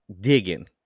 Digging